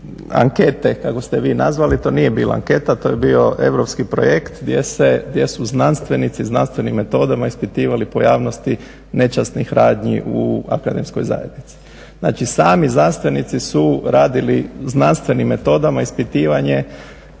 ankete kako ste vi nazvali. To nije bila anketa. To je bio europski projekt gdje su znanstvenici znanstvenim metodama ispitivali pojavnosti nečasnih radnji u akademskoj zajednici. Znači, sami znanstvenici su radili znanstvenim metodama ispitivanje